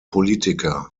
politiker